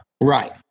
Right